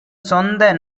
சொந்த